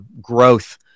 growth